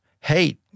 hate